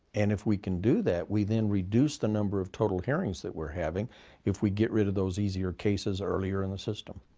and if we can do that, we then reduce the number of total hearings that we're having if we get rid of those easier cases earlier in the system.